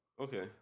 Okay